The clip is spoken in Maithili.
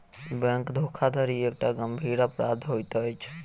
बैंक धोखाधड़ी एकटा गंभीर अपराध होइत अछि